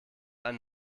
ein